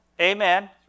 Amen